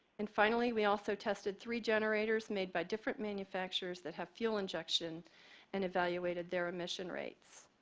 and finally, we also tested three generators made by different manufacturers that have fuel injection and evaluated their emission rates.